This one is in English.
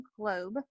globe